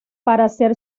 hacer